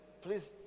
please